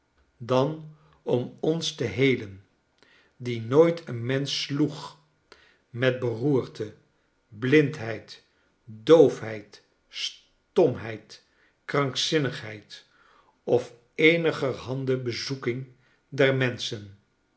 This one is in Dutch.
dan om ons te heelen die nooit een mensch sloeg metberoerte blindheid doofheid stomheid krankzinnigheid of eenigerhande bezoeking der menschen